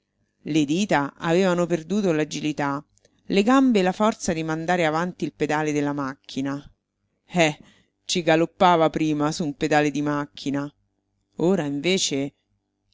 le dita avevano perduto l'agilità le gambe la forza di mandare avanti il pedale della macchina eh ci galoppava prima su un pedale di macchina ora invece